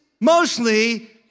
mostly